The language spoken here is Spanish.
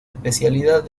especialidad